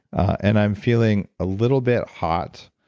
and i'm feeling a little bit hot,